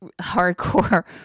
hardcore